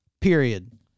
period